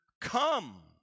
come